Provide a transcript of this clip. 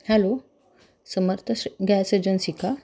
hello Samarth gas agency का